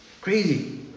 Crazy